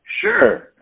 Sure